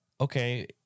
Okay